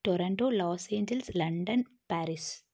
Toronto Los Angeles London Paris